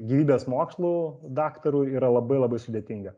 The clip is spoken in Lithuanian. gyvybės mokslų daktarui yra labai labai sudėtinga